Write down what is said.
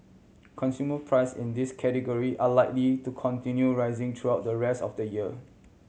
consumer price in these category are likely to continue rising throughout the rest of the year